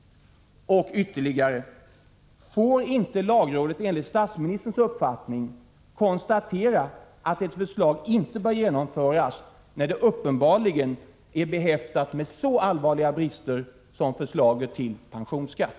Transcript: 3. Får inte lagrådet enligt statsministerns uppfattning konstatera att ett förslag inte bör genomföras, när det uppenbarligen är behäftat med så allvarliga brister som förslaget till pensionsskatt?